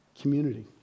community